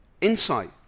insight